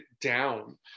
down